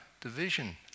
division